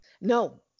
No